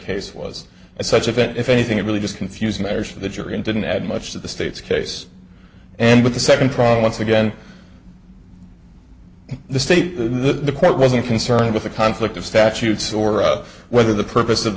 case was and such of it if anything it really just confusing matters for the jury and didn't add much to the state's case and with the second problem once again the state the court wasn't concerned with a conflict of statutes or of whether the purpose of